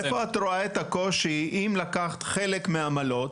איפה את רואה את הקושי אם לקחת חלק מעמלות,